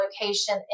location